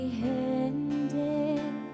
handed